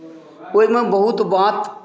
ओहिमे बहुत बात